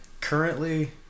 currently